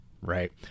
right